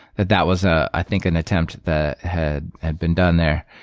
that that was ah i think an attempt that had had been done there.